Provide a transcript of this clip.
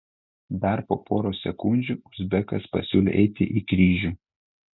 dar po poros sekundžių uzbekas pasiūlė eiti į kryžių